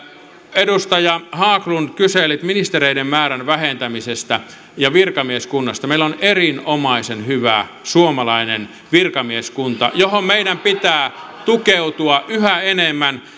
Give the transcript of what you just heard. edustaja haglund kyselitte ministereiden määrän vähentämisestä ja virkamieskunnasta meillä on erinomaisen hyvä suomalainen virkamieskunta johon meidän pitää tukeutua yhä enemmän